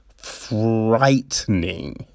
frightening